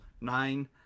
nine